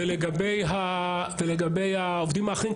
ולגבי העובדים האחרים,